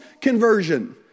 conversion